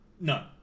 No